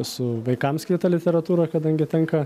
su vaikams skirta literatūra kadangi tenka